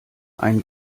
ein